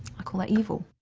i call that evil.